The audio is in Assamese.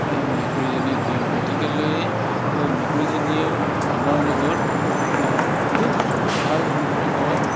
এই মেকুৰীজনীক দিওঁ গতিকেলৈ এই মেকুৰীজনীয়েও আমাৰ লগত খুব ভাল সম্পৰ্ক